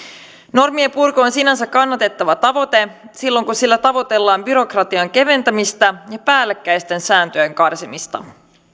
normien purku on sinänsä kannatettava tavoite silloin kun sillä tavoitellaan byrokratian keventämistä ja päällekkäisten sääntöjen karsimista